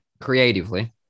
Creatively